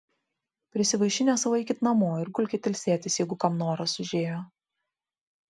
prisivaišinę sau eikit namo ir gulkit ilsėtis jeigu kam noras užėjo